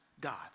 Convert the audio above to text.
God